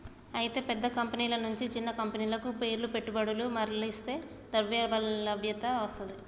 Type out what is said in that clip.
అయితే పెద్ద కంపెనీల నుంచి చిన్న కంపెనీలకు పేర్ల పెట్టుబడులు మర్లిస్తే ద్రవ్యలభ్యత వస్తది